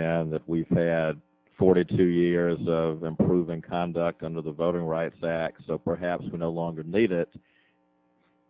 then that we've had forty two years of improving conduct under the voting rights act so perhaps going to longer need it